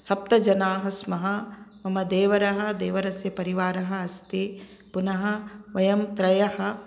सप्तजनाः स्मः मम देवरः देवरस्य परिवारः अस्ति पुनः वयं त्रयः